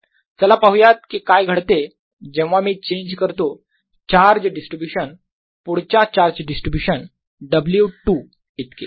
W114π0121rV1rdV121rV1surfacerds चला पाहुयात की काय घडते जेव्हा मी चेंज करतो चार्ज डिस्ट्रीब्यूशन पुढच्या चार्ज डिस्ट्रीब्यूशन W2 इतके